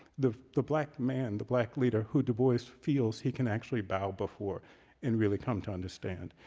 the the black man, the black leader who dubois feels he can actually bow before and really come to understand.